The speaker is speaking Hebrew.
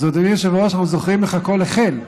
אדוני היושב-ראש, אנחנו זוכרים איך הכול החל.